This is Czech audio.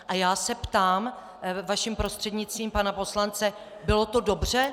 A já se ptám vaším prostřednictvím pana poslance: Bylo to dobře?